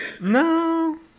No